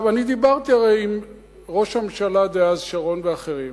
הרי דיברתי עם ראש הממשלה דאז שרון ואחרים.